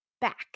back